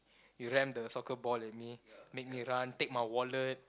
you ram the soccer ball at me make me run take my wallet